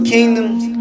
Kingdoms